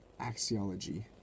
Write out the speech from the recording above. axiology